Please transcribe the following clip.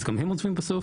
אז גם הם עוזבים בסוף.